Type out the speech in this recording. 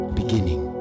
beginning